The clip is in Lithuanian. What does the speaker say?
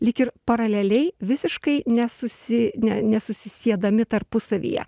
lyg ir paraleliai visiškai nesusi ne nesusisiedami tarpusavyje